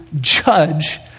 judge